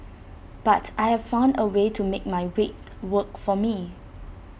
but I found A way to make my weight work for me